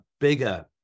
bigger